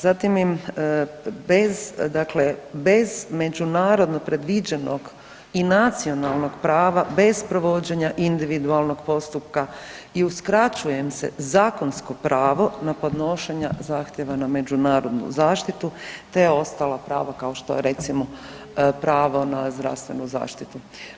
Zatim im bez dakle bez međunarodno predviđenog i nacionalnog prava bez provođenja individualnog postupka i uskraćuje im se zakonsko pravo na podnošenje zahtjeva na međunarodnu zaštitu te ostala prava kao što je recimo pravo na zdravstvenu zaštitu.